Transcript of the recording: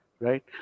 right